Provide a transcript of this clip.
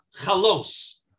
chalos